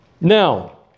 Now